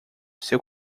seu